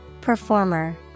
Performer